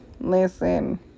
listen